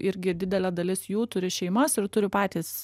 irgi didelė dalis jų turi šeimas ir turi patys